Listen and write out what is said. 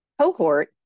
cohort